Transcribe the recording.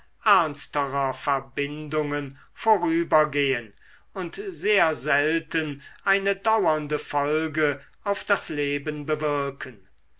ernsterer verbindungen vorübergehen und sehr selten eine dauernde folge auf das leben bewirken